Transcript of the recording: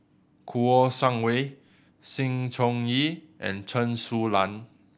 Kouo Shang Wei Sng Choon Yee and Chen Su Lan